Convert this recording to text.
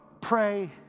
pray